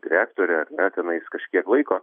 direktore ar ne tenais kažkiek laiko